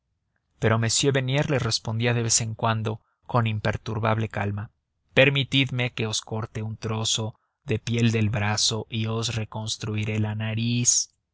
pero m bernier le respondía de vez en cuando con imperturbable calma permitidme que os corte un trozo de piel del brazo y os reconstruiré la nariz